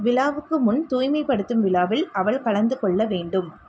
விழாவுக்கு முன் தூய்மைப்படுத்தும் விழாவில் அவள் கலந்துகொள்ள வேண்டும்